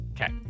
Okay